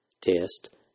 test